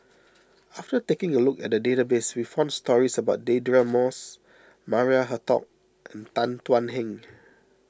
after taking a look at the database we found stories about Deirdre Moss Maria Hertogh and Tan Thuan Heng